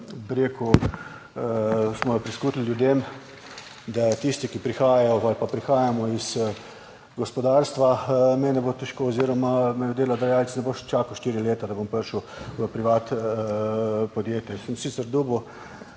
rekel, smo prisluhnili ljudem, da tisti, ki prihajajo ali pa prihajamo iz gospodarstva, me ne bo težko oziroma me delodajalec ne bo čakal štiri leta, da bom prišel v privat podjetje. Sem sicer dobil